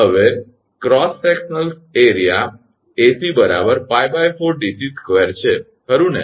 હવે cross section ક્ષેત્ર 𝐴𝐶 𝜋4𝑑𝑐2 છે ખરુ ને